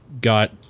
got